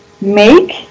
make